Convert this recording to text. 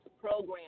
program